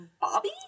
Bobby